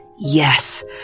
Yes